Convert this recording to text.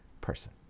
person